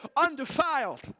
undefiled